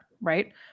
right